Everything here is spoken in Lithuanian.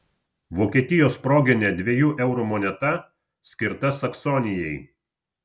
vokietijos proginė dviejų eurų moneta skirta saksonijai